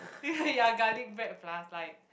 ya ya garlic bread plus like